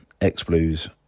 X-Blues